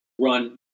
run